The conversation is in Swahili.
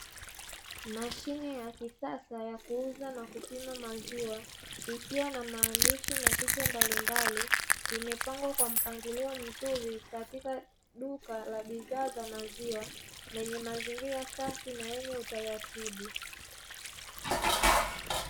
Mashine ya kisasa ya kuuza na kupima maziwa, ikiwa na maandishi na picha mbalimbali, imepangwa kwa mpangilio mzuri katika duka la bidhaa za maziwa, lenye mazingira safi na yenye utaratibu.